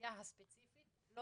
המסגרייה הספציפית לא